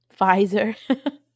Pfizer